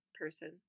person